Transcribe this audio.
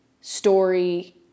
story